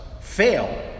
fail